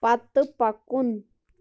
پتہٕ پکُن